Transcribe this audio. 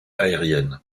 aériennes